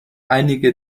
einige